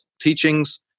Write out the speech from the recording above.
teachings